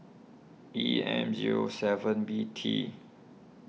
E M zero seven B T